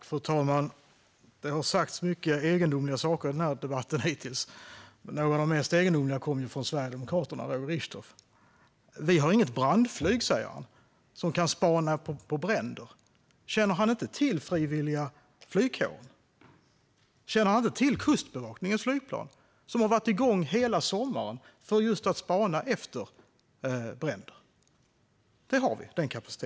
Fru talman! Det har sagts många egendomliga saker i den här debatten hittills. Några av de mest egendomliga kommer från Sverigedemokraterna och Roger Richtoff. Han säger att vi inte har något brandflyg som kan spana efter bränder. Känner han inte till frivilliga flygkåren? Känner han inte till Kustbevakningens flygplan, som har varit igång hela sommaren för att just spana efter bränder? Den kapaciteten har vi.